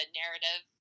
narrative